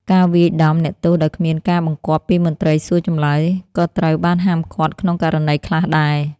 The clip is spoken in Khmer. ការវាយដំអ្នកទោសដោយគ្មានការបង្គាប់ពីមន្ត្រីសួរចម្លើយ ក៏ត្រូវបានហាមឃាត់ក្នុងករណីខ្លះដែរ។